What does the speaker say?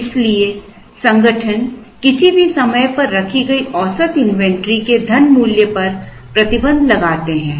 इसलिए संगठन किसी भी समय रखी गई औसत इन्वेंट्री के धन मूल्य पर प्रतिबंध लगाते हैं